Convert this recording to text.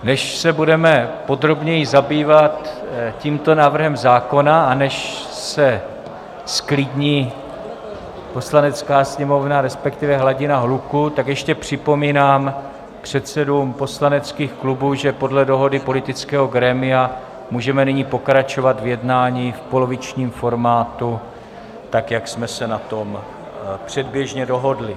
Než se budeme podrobněji zabývat tímto návrhem zákona a než se zklidní Poslanecká sněmovna, resp. hladina hluku, tak ještě připomínám předsedům poslaneckých klubů, že podle dohody politického grémia můžeme nyní pokračovat v jednání v polovičním formátu, tak jak jsme se na tom předběžně dohodli.